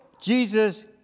Jesus